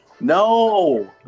No